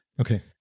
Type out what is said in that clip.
Okay